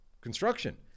construction